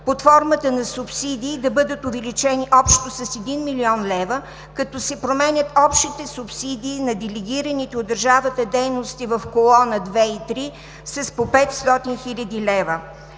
Под формата на субсидии да бъдат увеличени общо с 1 млн. лв., като се променят общите субсидии на делегираните от държавата дейности в колона 2 и 3 с по 500 хил. лв.